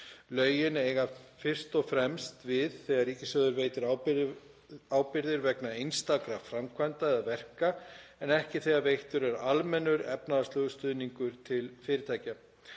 Lögin eiga fyrst og fremst við þegar ríkissjóður veitir ábyrgðir vegna einstakra framkvæmda eða verka en ekki þegar veittur er almennur efnahagslegur stuðningur við fyrirtæki.